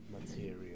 material